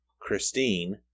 Christine